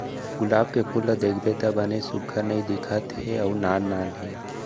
गुलाब के फूल ल देखबे त बने सुग्घर नइ दिखत हे अउ नान नान हे